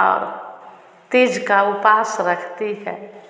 और तीज़ का उपवास रखती है